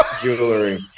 jewelry